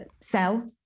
sell